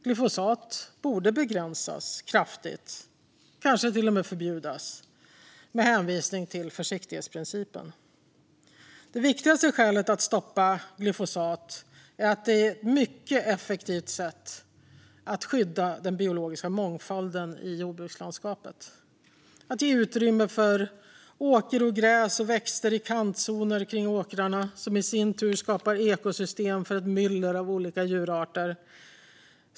Glyfosat borde begränsas kraftigt, kanske till och med förbjudas, med hänvisning till försiktighetsprincipen. Det viktigaste skälet att stoppa glyfosat är att det är ett mycket effektivt sätt att skydda den biologiska mångfalden i jordbrukslandskapet och ge utrymme för åkerogräs och växter i kantzoner kring åkrarna, vilket i sin tur skapar ekosystem för ett myller av olika djurarter.